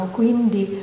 quindi